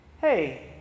hey